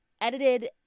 edited